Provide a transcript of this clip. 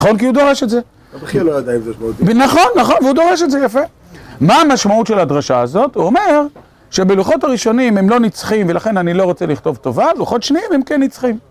נכון כי הוא דורש את זה. אבל הכי לא יודע אם זה משמעותי. נכון, נכון, והוא דורש את זה. יפה. מה המשמעות של הדרשה הזאת? הוא אומר שבלוחות הראשונים הם לא נצחים ולכן אני לא רוצה לכתוב טובה, בלוחות שניים הם כן נצחים.